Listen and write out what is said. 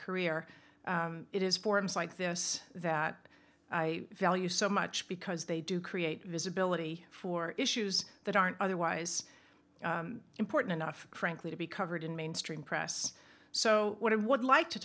career it is forums like this that i value so much because they do create visibility for issues that aren't otherwise important enough frankly to be covered in mainstream press so what i would like to